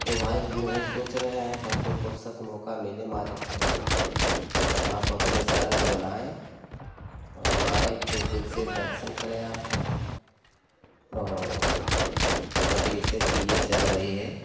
ओ भाई हम यही सोच रहे हैं कि हमको फुरसत मौका मिले मालिक प्रभु आप अपने सरण में बोलाएँ औ हम आए खुश दिल से दर्शन करें आपका अभी से क्रिया चल रही है